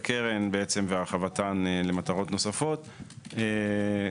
אמרתי בעבר ואני רוצה לחזור על כך